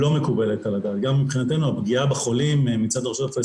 י אפילו לא מדברת על מזרח ירושלים ועל